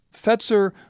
Fetzer